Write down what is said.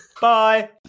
Bye